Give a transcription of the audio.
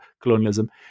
colonialism